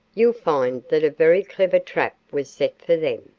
you'll find that a very clever trap was set for them.